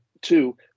two